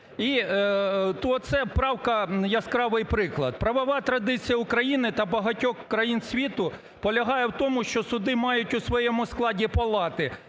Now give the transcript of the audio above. оце правка – яскравий приклад. Правова традиція України та багатьох країн світу полягає у тому, що суди мають у своєму складі палати,